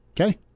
Okay